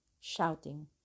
shouting